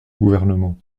gouvernement